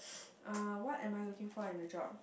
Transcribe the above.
uh what am I looking for in a job